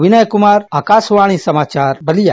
विनय कुमार आकाशवाणी समाचार बलिया